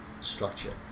structure